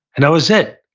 and that was it.